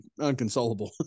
unconsolable